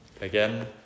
again